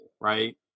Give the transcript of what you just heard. right